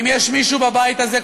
אם יש מישהו בבית הזה,